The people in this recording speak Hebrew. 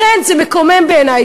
לכן זה מקומם בעיני,